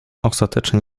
ostatecznie